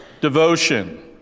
Devotion